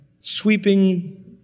sweeping